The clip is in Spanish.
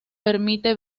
permite